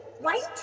right